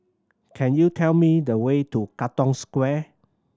can you tell me the way to Katong Square